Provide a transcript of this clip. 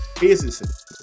business